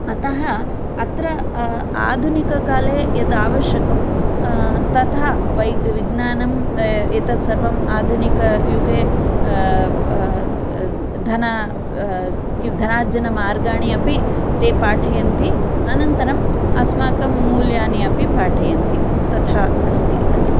अतः अत्र आधुनिककाले यद् आवश्यकं तथा वै विज्ञानं एतत् सर्वं आधुनिकयुगे धन किम् धनार्जनमार्गाणि अपि ते पाठयन्ति अनन्तरं अस्माकं मूल्यानि अपि पाठयन्ति तथा अस्ति इदानीं